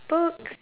book